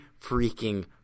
freaking